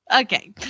Okay